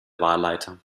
wahlleiter